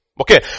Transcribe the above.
Okay